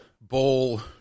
bowl